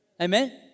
Amen